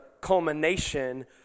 culmination